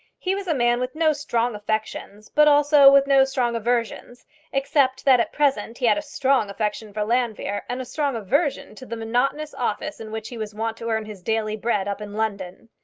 he was a man with no strong affections, but also with no strong aversions except that at present he had a strong affection for llanfeare, and a strong aversion to the monotonous office in which he was wont to earn his daily bread up in london.